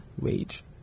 wage